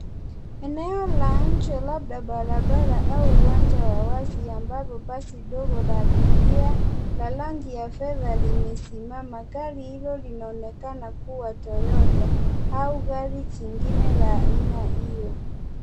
Eneo la nje labda barabara au uwanja wa wasi ambapo basi ndogo la abiria la rangi ya fedha limesimama, gari hilo linaonekana kuwa Toyota au gari jingine la aina hiyo.